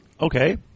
Okay